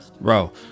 Bro